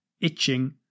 itching